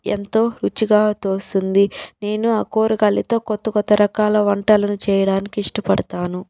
ఎంతో రుచిగా తోస్తుంది నేను ఆ కూరగాయలతో కొత్త కొత్త రకాల వంటలను చేయడానికి ఇష్టపడతాను